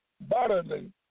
Bodily